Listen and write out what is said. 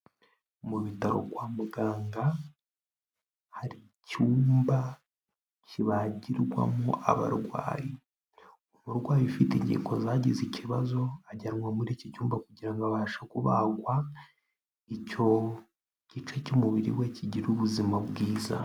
Mu bitaro kwa muganga hari icyumba kibagirwamo abarwayi, umurwayi ufite ingingo zagize ikibazo ajyanwa muri iki cyumba kugira abashe kubagwa icyo gice cy'umubiri we kigira ubuzima bwiza.